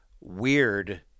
weird